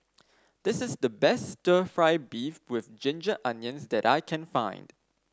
this is the best stir fry beef with Ginger Onions that I can find